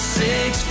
six